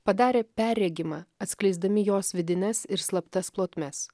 padarė perregimą atskleisdami jos vidines ir slaptas plotmes